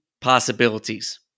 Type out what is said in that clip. possibilities